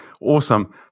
Awesome